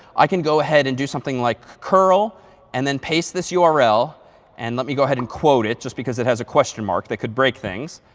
i can go ahead and do something like curl and then paste this url. and let me go ahead and quote it, just because it has a question mark that could break things.